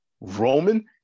Roman